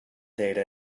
data